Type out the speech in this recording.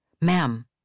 Ma'am